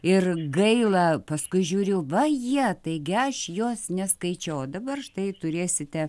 ir gaila paskui žiūriu va jie taigi aš jos neskaičiau o dabar štai turėsite